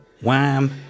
wham